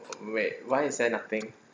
wait why is there nothing